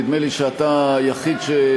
נדמה לי שאתה היחיד,